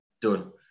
Done